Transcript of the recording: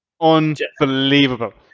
unbelievable